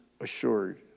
assured